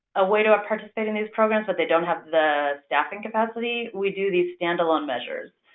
a way to purchasing these programs but they don't have the staffing capacity, we do these standalone measures.